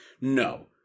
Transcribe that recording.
No